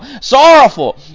sorrowful